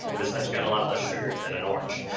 but such got a lot less sugar than an orange.